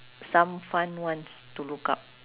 some fun ones to look up